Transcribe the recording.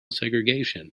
segregation